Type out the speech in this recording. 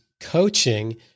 coaching